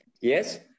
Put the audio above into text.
Yes